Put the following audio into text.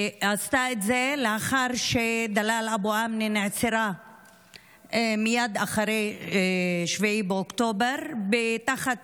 היא עשתה את זה לאחר שדלאל אבו אמנה נעצרה מייד אחרי 7 באוקטובר תחת